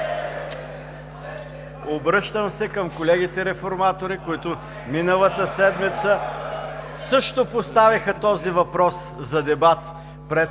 Обръщам се към колегите реформатори, които миналата седмица също поставиха този въпрос за дебат пред